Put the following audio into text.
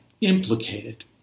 implicated